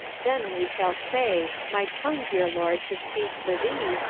then we shall say, my tongue, dear lord, to speak for thee,